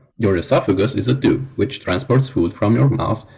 your esophagus is a tube, which transports food from your mouth,